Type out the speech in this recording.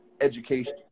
education